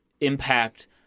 impact